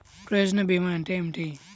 ప్రయోజన భీమా అంటే ఏమిటి?